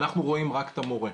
אנחנו רואים רק את המורה.